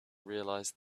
realize